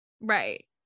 Right